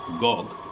gog